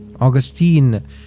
Augustine